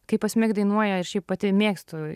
kaip asmik dainuoja ir šiaip pati mėgstu